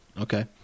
Okay